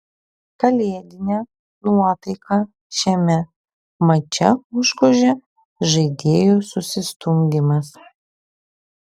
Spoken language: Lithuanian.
kalėdinę nuotaiką šiame mače užgožė žaidėjų susistumdymas